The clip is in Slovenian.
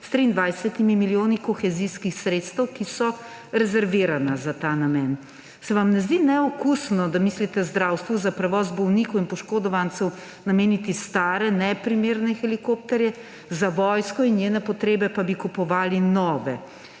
s 23 milijoni kohezijskih sredstev, ki so rezervirana za ta namen? Se vam ne zdi neokusno, da mislite zdravstvu za prevoz bolnikov in poškodovancev nameniti stare, neprimerne helikopterje, za vojsko in njene potrebe pa bi kupovali nove?